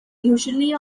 usually